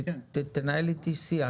תנהל איתי שיח,